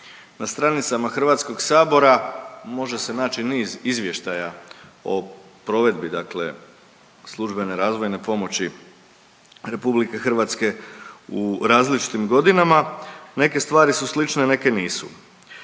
na stranicama HS-a može se naći niz izvještaja o provedbi dakle službene razvojne pomoći RH u različitim godinama, neke stvari su slične, neke nisu.